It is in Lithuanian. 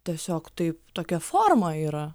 tiesiog taip tokia forma yra